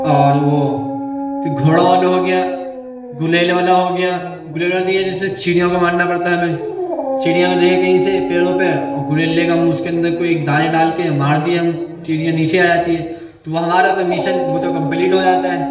اور وہ پھر گھوڑا والا ہوگیا گلیل والا ہوگیا گلیل والا تو یہ ہے کہ اس میں چڑیوں کو مارنا پڑتا ہے ہمیں چڑیا کو دیکھے کہیں سے پیڑوں پہ گلیل لے کے ہم اس کو اندر کوئی ایک دانے ڈال کے مار دیئے ہم چڑیا نیچے آ جاتی ہے تو وہ ہمارا تو مشن وہ تو کمپلیٹ ہو جاتا ہے